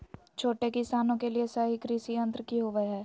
छोटे किसानों के लिए सही कृषि यंत्र कि होवय हैय?